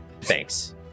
Thanks